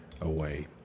away